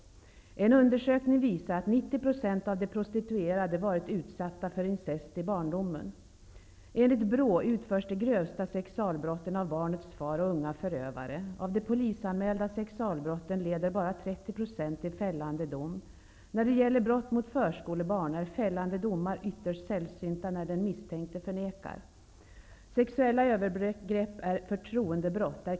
En undersökning visar att 90 % av de prostituerade varit utsatta för incest i barndomen. Enligt BRÅ utförs de grövsta sexualbrotten av barnets far och av unga förövare. Av de polisanmälda sexualbrotten leder bara 3O % till fällande dom. När det gäller brott mot förskolebarn är fällande domar ytterst sällsynta när den misstänkte förnekar. Sexuella övergrepp är förtroendebrott.